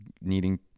needing